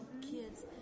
kids